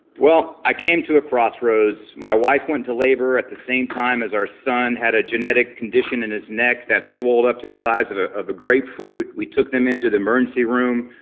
well, i came to a crossroad. my wife went to labor at the same time as our son had a genetic condition in his neck that swelled up to the size of ah of a grapefruit we took them in to the emergency room.